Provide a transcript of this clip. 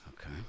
Okay